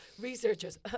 researchers